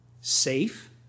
safe